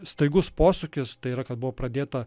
staigus posūkis tai yra kad buvo pradėta